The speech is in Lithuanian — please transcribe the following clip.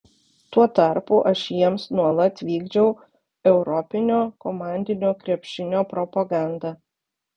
tuo tarpu aš jiems nuolat vykdžiau europinio komandinio krepšinio propagandą